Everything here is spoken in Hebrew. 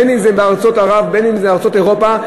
אם בארצות ערב ואם בארצות אירופה.